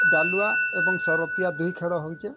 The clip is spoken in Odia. ଡାଲୁଆ ଏବଂ ସାରଥିଆ ଦୁଇ ଖେଡ଼ ହୋଉଚେଁ